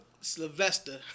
Sylvester